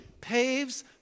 paves